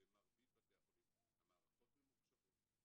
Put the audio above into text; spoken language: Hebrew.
במרבית בתי החולים המערכות ממוחשבות,